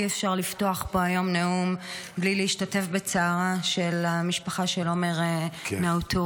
אי-אפשר לפתוח פה היום נאום בלי להשתתף בצערה של המשפחה של עומר נאוטרה.